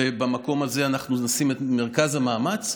במקום הזה אנחנו נשים את מרכז המאמץ.